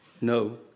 No